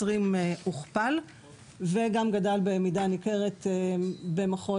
הוכפל בשנים 2017 - 2019 וגם גדל במידה ניכרת במחוז